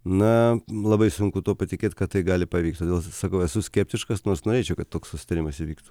na man labai sunku tuo patikėti kad tai gali pavykti todėl sakau esu skeptiškas nors norėčiau kad toks susitarimas įvyktų